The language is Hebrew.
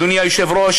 אדוני היושב-ראש,